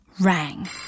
rang